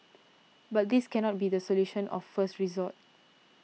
but this cannot be the solution of first resort